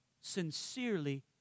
sincerely